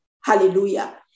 Hallelujah